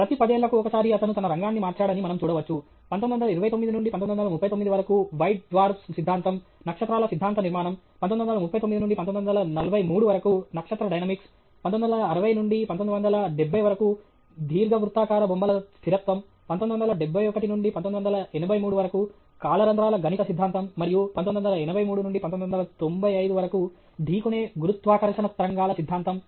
ప్రతి పదేళ్ళకు ఒకసారి అతను తన రంగాన్ని మార్చాడని మనం చూడవచ్చు 1929 నుండి 1939 వరకు వైట్ డ్వార్ఫ్స్ సిద్ధాంతం నక్షత్రాల సిద్ధాంత నిర్మాణం 1939 నుండి 1943 వరకు నక్షత్ర డైనమిక్స్ 1960 నుండి 1970 వరకు దీర్ఘవృత్తాకార బొమ్మల స్థిరత్వం 1971 నుండి 1983 వరకు కాల రంధ్రాల గణిత సిద్ధాంతం మరియు 1983 నుండి 1995 వరకు ఢీకొనే గురుత్వాకర్షణ తరంగాల సిద్ధాంతం